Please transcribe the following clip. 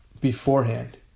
beforehand